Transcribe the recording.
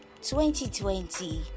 2020